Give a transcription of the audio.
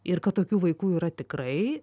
ir kad tokių vaikų yra tikrai